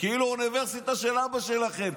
כאילו אוניברסיטה של אבא שלכם.